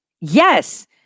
Yes